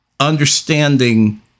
Understanding